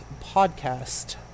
podcast